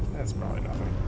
it's probably nothing.